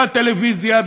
אחד טלוויזיה,